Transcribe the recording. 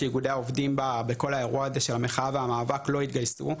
שאיגודי העובדים בכל האירוע הזה של המחאה והמאבק לא התגייסו,